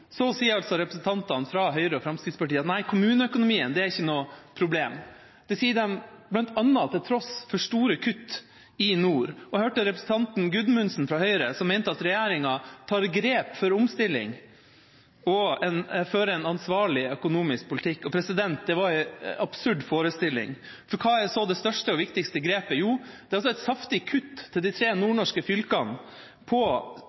Så sier altså representantene fra Høyre og Fremskrittspartiet at kommuneøkonomien ikke er noe problem. Det sier de bl.a. til tross for store kutt i nord. Og jeg hørte at representanten Gudmundsen fra Høyre mente at regjeringa tar grep for omstilling og fører en ansvarlig økonomisk politikk. Det var en absurd forestilling, for hva er så det største og viktigste grepet? Jo, det er et saftig kutt til de tre nordnorske fylkene på